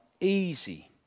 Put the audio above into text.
easy